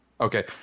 Okay